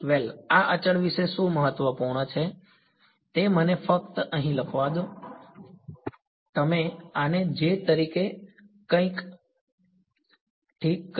વેલ આ અચળ વિશે શું મહત્વનું છે તે મને ફક્ત અહીં લખવા દો તમે આને j તરીકે કંઈક ઠીક કહ્યું